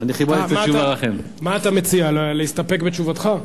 מה אתה מציע, להסתפק בתשובתך?